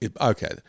Okay